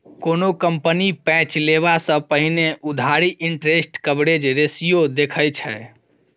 कोनो कंपनी पैंच लेबा सँ पहिने उधारी इंटरेस्ट कवरेज रेशियो देखै छै